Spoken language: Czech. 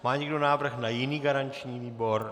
Má někdo návrh na jiný garanční výbor?